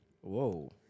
Whoa